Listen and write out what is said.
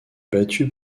battue